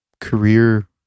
career